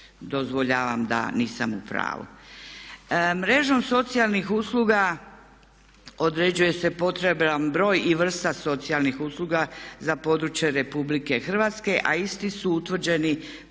Dozvoljavam da nisam u pravu. Mrežom socijalnih usluga određuje se potreban broj i vrsta socijalnih usluga za područje RH a isti su utvrđeni prema